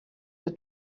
your